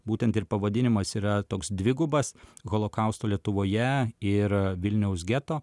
būtent ir pavadinimas yra toks dvigubas holokausto lietuvoje ir vilniaus geto